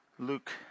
Luke